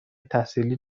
تحصیلی